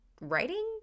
Writing